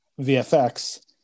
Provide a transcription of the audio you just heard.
VFX